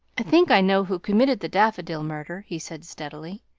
i think i know who committed the daffodil murder, he said steadily.